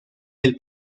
del